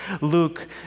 Luke